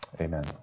amen